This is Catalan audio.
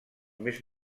més